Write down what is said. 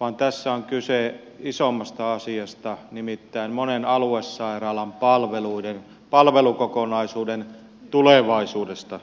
vaan tässä on kyse isommasta asiasta nimittäin monen aluesairaalan palvelukokonaisuuden tulevaisuudesta